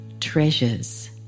treasures